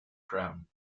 crown